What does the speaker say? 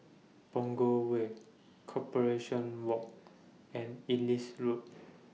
Punggol Way Corporation Walk and Ellis Road